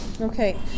okay